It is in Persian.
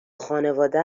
خانواده